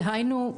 דהיינו,